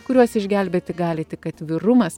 kuriuos išgelbėti gali tik atvirumas